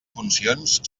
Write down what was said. funcions